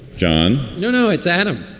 john? no, no, it's adam.